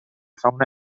fauna